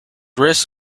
risks